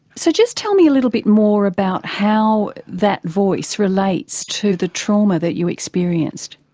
so just tell me a little bit more about how that voice relates to the trauma that you experienced.